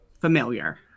familiar